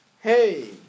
Hey